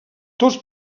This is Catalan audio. tots